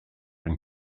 een